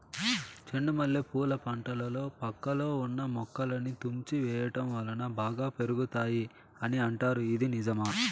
చెండు మల్లె పూల పంటలో పక్కలో ఉన్న కొమ్మలని తుంచి వేయటం వలన బాగా పెరుగుతాయి అని అంటారు ఇది నిజమా?